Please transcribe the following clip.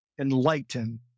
enlighten